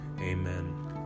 amen